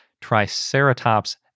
Triceratops